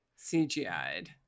CGI'd